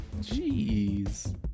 jeez